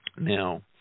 Now